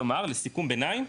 כלומר, לסיכום ביניים,